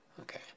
Okay